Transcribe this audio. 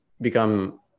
become